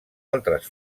altres